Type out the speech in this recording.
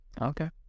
okay